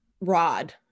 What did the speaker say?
rod